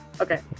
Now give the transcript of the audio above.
okay